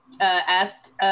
asked